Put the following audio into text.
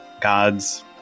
gods